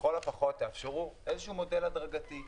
לכל הפחות תאפשרו איזשהו מודל הדרגתי,